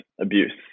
abuse